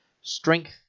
strength